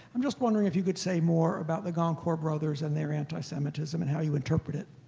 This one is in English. i'm just wondering if you could say more about the goncourt brothers and their anti-semitism and how you interpret it.